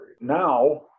Now